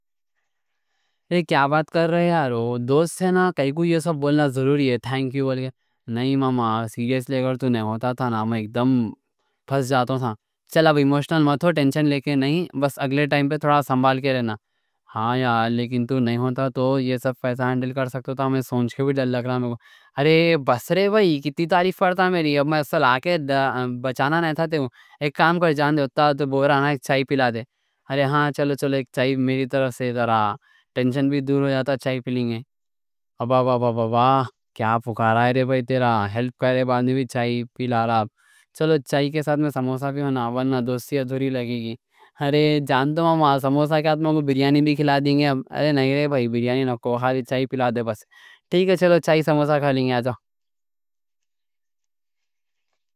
ارے کیا بات کر رہے، دوست ہے نا، کائیں کوں یہ سب بولنا ضروری ہے؟ نئیں ماما، سیریس لے کے تو نئیں ہوتا تھا نا، میں اکدم فس جاتا تھا۔ چل اب ایموشنل مت ہو، ٹینچن لے کے نئیں۔ بس اگلے ٹائم پہ تھوڑا سنبھال کے رہنا ہاں۔ لیکن تو نئیں ہوتا تو یہ سب پیسہ ہینڈل کر سکتا ہوں، میں سوچ کے بھی ڈر لگ رہا ہوں۔ بس رے بھائی، کتّی تعریف پڑتا میری! اب اصل میں آ کے بچانا نئیں تھا، ٹینچن بھی دور ہو جاتا، چائے پی لیں گے؟ بابا بابا بابا بابا! کیا پکارا رے؟ رے بھائی، تیرا ہیلپ کر رہے، بندی بھی چائے پلا رہا۔ چلو چائے کے ساتھ سموسا بھی ہونا، ورنہ دوستی ادھوری لگے گی۔ ارے جان تو ماما، سموسا کے آتے مگو بریانی بھی کھلا دیں گے۔ نئیں رے بھائی، بریانی نہ کو، ہاں دے چائے پلا دے بس۔ ٹھیک ہے، چلو چائے سموسا کھا لیں گے، آجو۔